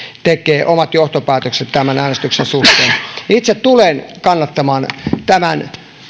tekee omat johtopäätökset tämän äänestyksen suhteen itse tulen kannattamaan tämän